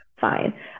fine